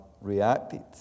reacted